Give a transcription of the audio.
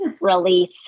relief